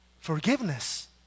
forgiveness